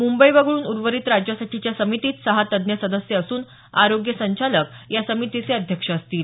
मुंबई वगळून उर्वरित राज्यासाठीच्या समितीत सहा तज्ज्ञ सदस्य असून आरोग्य संचालक या समितीचे अध्यक्ष असतील